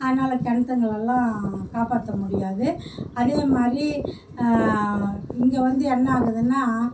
அதனால கிணத்துங்கள்லலாம் காப்பாற்ற முடியாது அதே மாதிரி இங்கே வந்து என்ன ஆகுதுன்னா